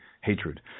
hatred